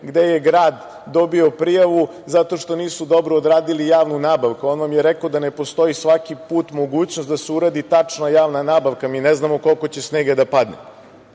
gde je grad dobio prijavu zato što nisu dobro odradio javnu nabavku. On vam je rekao da ne postoji svaki put mogućnost da se uradi tačno javna nabavka. Mi ne znamo koliko će snega da padne.